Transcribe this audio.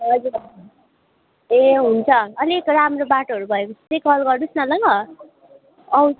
हजुर ए हुन्छ अलिक राम्रो बाटोहरू भए पछि चाहिँ कल गर्नु होस् न ल आऊ